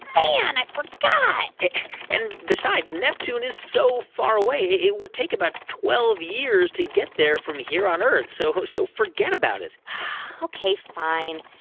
man, i forgot and besides, neptune is so far away. it would take about twelve years to get there from here on earth. so so forget about it ok, fine.